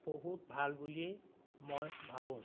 বহুত ভাল বুলিয়েই মই ভাবোঁ